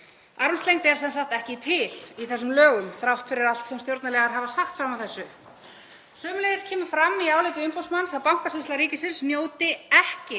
Armslengd er sem sagt ekki til í þessum lögum þrátt fyrir allt sem stjórnarliðar hafa sagt fram að þessu. Sömuleiðis kemur fram í áliti umboðsmanns að Bankasýsla ríkisins njóti ekki